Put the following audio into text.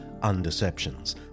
Undeceptions